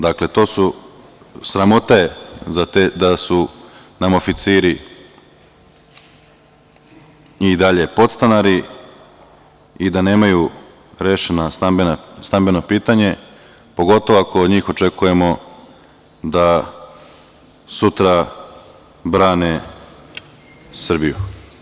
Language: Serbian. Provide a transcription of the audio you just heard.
Dakle, to su, sramota je da su nam oficiri i dalje podstanari i da nemaju rešena stambeno pitanje, pogotovo ako od njih očekujemo da sutra brane Srbiju.